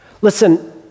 Listen